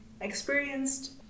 experienced